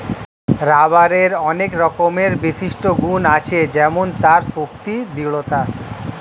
রাবারের অনেক রকমের বিশিষ্ট গুন্ আছে যেমন তার শক্তি, দৃঢ়তা